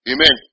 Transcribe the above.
Amen